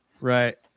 right